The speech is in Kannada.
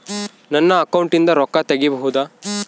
ನನ್ನ ಅಕೌಂಟಿಂದ ರೊಕ್ಕ ತಗಿಬಹುದಾ?